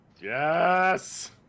Yes